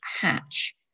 Hatch